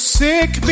sick